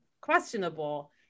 questionable